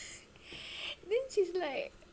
then she's like